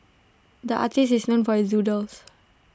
the artist is known for his doodles